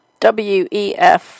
WEF